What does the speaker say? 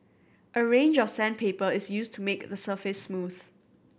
a range of sandpaper is used to make the surface smooth